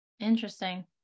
Interesting